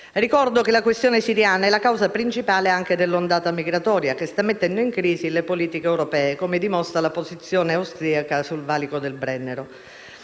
Ricordo che la questione siriana è la causa principale dell'ondata migratoria che sta mettendo in crisi le politiche europee, come dimostra la posizione austriaca sul valico del Brennero.